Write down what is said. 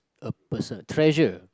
a person treasure